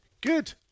Good